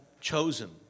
chosen